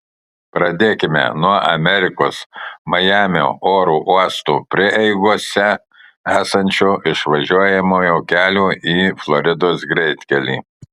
pradėkime nuo amerikos majamio oro uostų prieigose esančio įvažiuojamojo kelio į floridos greitkelį